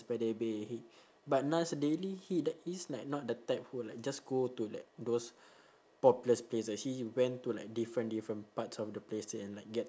by the bay but nas daily he tha~ is like not the type who like just go to like those popular place ah he he went to like different different parts of the place and like get